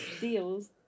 deals